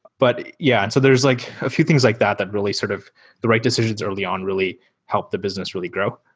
but yeah, and so there's like a few things like that that really sort of the right decision early on really helped the business really grow.